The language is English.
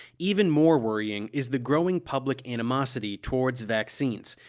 even more worrying is the growing public animosity towards vaccines,